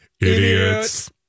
idiots